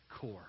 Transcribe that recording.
core